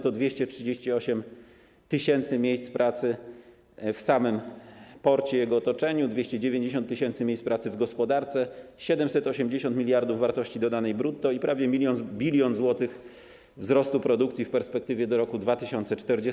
To 238 tys. miejsc pracy w samym porcie i jego otoczeniu, 290 tys. miejsc pracy w gospodarce, 780 mld wartości dodanej brutto i prawie 1 bln zł wzrostu produkcji w perspektywie do roku 2040.